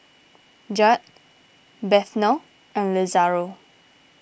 Judd Bethel and Lazaro